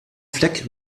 fleck